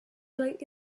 late